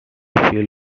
feel